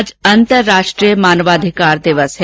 आज अन्तर्राष्ट्रीय मानवाधिकार दिवस है